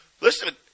Listen